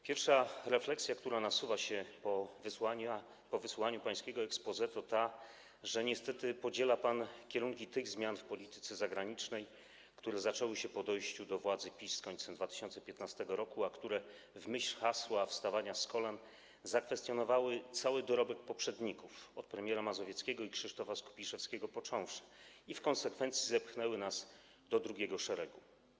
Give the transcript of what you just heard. Pierwsza refleksja, która nasuwa się po wysłuchaniu pańskiego exposé, jest taka, że niestety opowiada się pan za kierunkami zmian w polityce zagranicznej, które zaczęły się po dojściu do władzy PiS z końcem 2015 r., a które w myśl hasła wstawania z kolan zakwestionowały cały dorobek poprzedników, od premiera Mazowieckiego i Krzysztofa Skubiszewskiego począwszy, i w konsekwencji zepchnęły nas do drugiego szeregu.